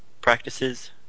practices